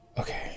Okay